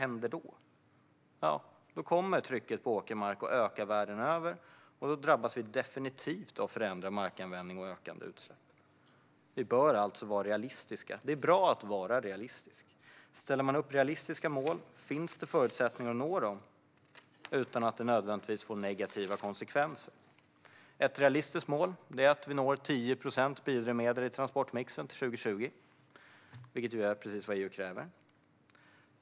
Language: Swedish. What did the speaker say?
Ja, då kommer trycket på åkermark att öka världen över, och då drabbas vi definitivt av förändrad markanvändning och ökande utsläpp. Vi bör alltså vara realistiska. Det är bra att vara realistisk. Ställer man upp realistiska mål finns det förutsättningar att nå dem utan att det nödvändigtvis får negativa konsekvenser. Ett realistiskt mål är att vi ska nå 10 procent biodrivmedel i transportmixen till 2020, vilket är precis vad EU kräver.